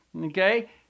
okay